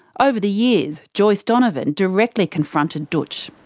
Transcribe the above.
over the years, joyce donovan directly confronted dootch.